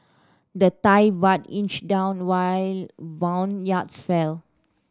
the Thai Baht inched down while bond yields fell